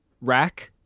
Rack